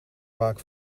vaak